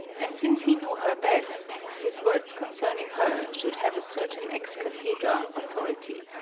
and since he knew her best, his words con cerning her should have a certain ex-cathedra authority.